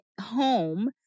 home